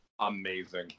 Amazing